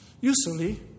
Usually